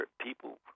people